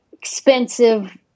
expensive